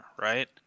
right